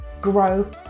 grow